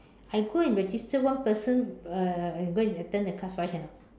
I go and register one person uh uh and go and attend the class why cannot